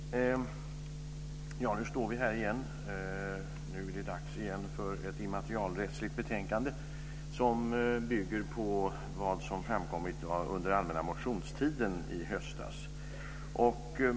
Fru talman! Nu står vi här igen. Nu är det dags igen för ett betänkande om immaterialrättsliga frågor som bygger på vad som framkommit under allmänna motionstiden i höstas.